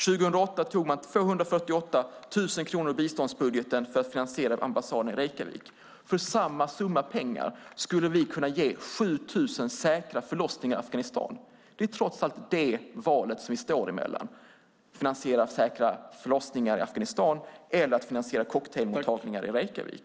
År 2008 tog man 248 000 kronor ur biståndsbudgeten för att finansiera ambassaden i Reykjavik. För samma summa skulle vi kunna finansiera 7 000 säkra förlossningar i Afghanistan. Det är det valet står mellan - att finansiera säkra förlossningar i Afghanistan eller att finansiera cocktailmottagningar i Reykjavik.